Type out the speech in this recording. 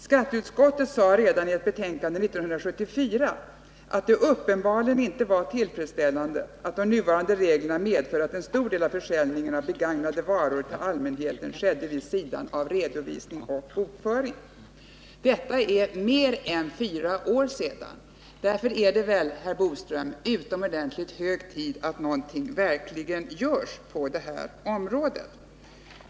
Skatteutskottet sade redan i ett betänkande 1974 att det uppenbarligen inte är tillfredsställande att de nuvarande reglerna medför att en stor del av försäljningen av begagnade varor till allmänheten sker vid sidan av redovisning och bokföring. Detta uttalades för mer än fyra år sedan. Därför är det väl, herr Boström, utomordentligt hög tid att någonting verkligen görs på det här Nr 56 området.